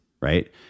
right